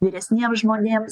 vyresniems žmonėms